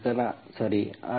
ಇದು ನಿಖರ ಸರಿ